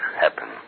happen